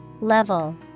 Level